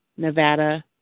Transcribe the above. Nevada